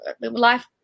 life